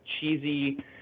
cheesy